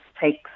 takes